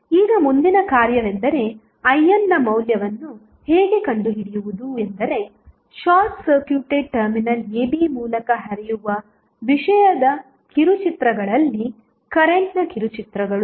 ಈಗ ಮುಂದಿನ ಕಾರ್ಯವೆಂದರೆ IN ನ ಮೌಲ್ಯವನ್ನು ಹೇಗೆ ಕಂಡುಹಿಡಿಯುವುದು ಎಂದರೆ ಶಾರ್ಟ್ ಸರ್ಕ್ಯೂಟೆಡ್ ಟರ್ಮಿನಲ್ ab ಮೂಲಕ ಹರಿಯುವ ವಿಷಯದ ಕಿರುಚಿತ್ರಗಳಲ್ಲಿ ಕರೆಂಟ್ನ ಕಿರುಚಿತ್ರಗಳು